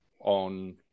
on